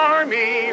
Army